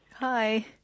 Hi